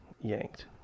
yanked